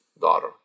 daughter